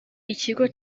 ikigo